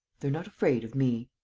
they're not afraid of me.